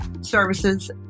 services